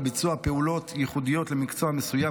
ביצוע פעולות ייחודיות למקצוע מסוים,